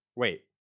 Wait